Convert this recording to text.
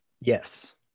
Yes